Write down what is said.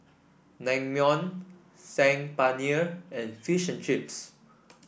Naengmyeon Saag Paneer and Fish and Chips